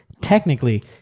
technically